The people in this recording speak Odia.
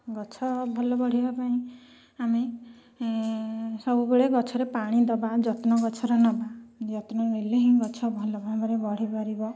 ଗଛ ଭଲ ବଢ଼ିବା ପାଇଁ ଆମେ ସବୁବେଳେ ଗଛରେ ପାଣି ଦେବା ଯତ୍ନ ଗଛର ନେବା ଯତ୍ନ ନେଲେ ହିଁ ଗଛ ଭଲ ଭାବରେ ବଢ଼ି ପାରିବ